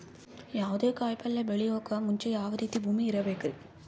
ಯಾವುದೇ ಕಾಯಿ ಪಲ್ಯ ಬೆಳೆಯೋಕ್ ಮುಂಚೆ ಯಾವ ರೀತಿ ಭೂಮಿ ಇರಬೇಕ್ರಿ?